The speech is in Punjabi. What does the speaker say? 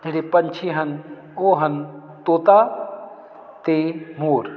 ਪੰਛੀ ਹਨ ਉਹ ਹਨ ਤੋਤਾ ਅਤੇ ਮੋਰ